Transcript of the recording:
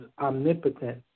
omnipotent